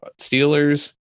Steelers